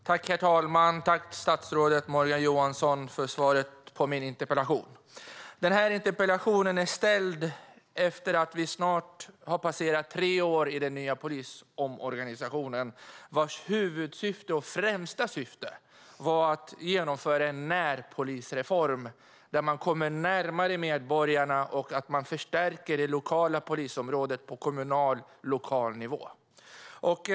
Herr talman! Tack, statsrådet Morgan Johansson, för svaret på min interpellation! Den här interpellationen är ställd efter att vi snart har passerat tre år i den nya polisorganisationen, vars huvudsyfte var att genomföra en närpolisreform där man kommer närmare medborgarna och förstärker det lokala polisområdet på kommunal, lokal nivå.